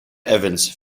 evans